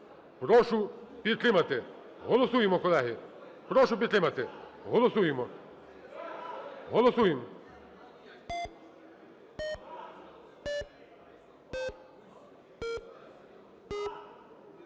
прошу підтримати. Голосуємо, колеги, прошу підтримати. Голосуємо! Голосуємо.